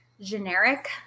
generic